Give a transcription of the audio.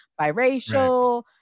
biracial